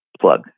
plug